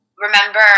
remember